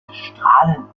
strahlend